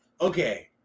okay